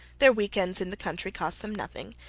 their week-ends in the country cost them nothing,